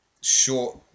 short